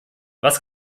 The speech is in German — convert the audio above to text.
was